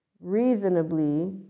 reasonably